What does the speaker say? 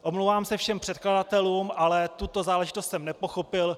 Omlouvám se všem předkladatelům, ale tuto záležitost jsem nepochopil.